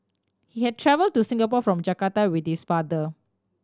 he had travel to Singapore from Jakarta with his father